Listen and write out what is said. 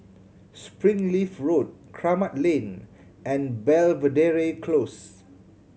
Springleaf Road Kramat Lane and Belvedere Close